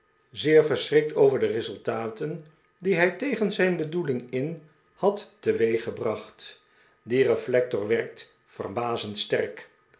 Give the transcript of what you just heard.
zeer verschrikt over de resultaten die hij tegen zijn bedoeling in had teweeggebracht die reflector werkt verbazend sterk